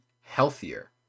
healthier